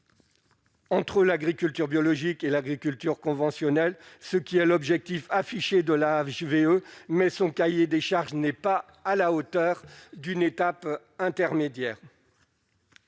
entre l'agriculture biologique et l'agriculture conventionnelle, ce qui est l'objectif affiché de la VE mais son cahier des charges n'est pas à la hauteur d'une étape intermédiaire.